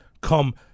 come